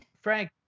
Frank